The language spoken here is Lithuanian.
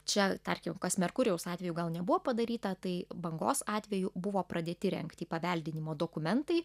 čia tarkim kas merkurijaus atveju gal nebuvo padaryta tai bangos atveju buvo pradėti rengti paveldinimo dokumentai